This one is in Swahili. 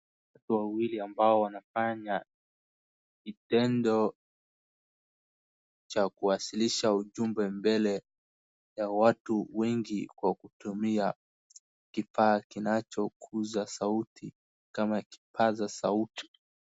Watu wawilki ambao wanafanya kitendo cha kuwasilisha ujumbe mbele ya watu wengi kwa kutumia kifaa kinachokuza sauti kama kipaza sauti.